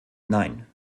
nein